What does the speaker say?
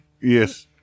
yes